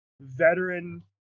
veteran